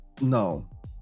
no